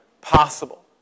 possible